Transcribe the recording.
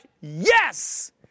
yes